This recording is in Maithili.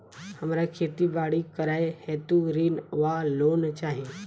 हमरा खेती बाड़ी करै हेतु ऋण वा लोन चाहि?